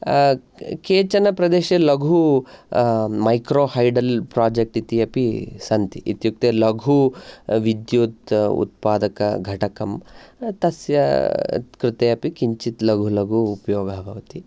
केचन प्रदेशे लघु मैक्रो हैडल् प्रोजेक्ट् इत्यपि सन्ति इत्युक्ते लघु विद्युत् उत्पादकघटकं तस्य कृते अपि किञ्चित् लघु लघु उपयोगः भवति